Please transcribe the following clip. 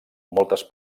moltes